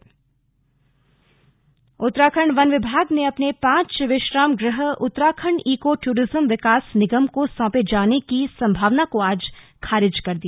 खारिज उत्तराखण्ड वन विभाग ने अपने पांच विश्राम गृह उत्तराखंड इको टूरिज्म विकास निगम को सौंपे जाने की संभावना को आज खारिज कर दिया